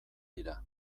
dira